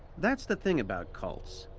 that's the thing about cults.